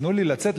תנו לי לצאת,